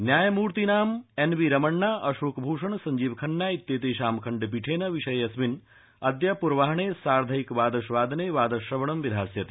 न्यायमूर्तीनां N V Ramana Ashok Bhushan Sanjiv Khanna इत्येतेषां खण्डपीठेन विषयेऽस्मिन् अद्य पूर्वाहे साधैंकादशावदने वादश्रवणं विधास्यते